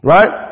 Right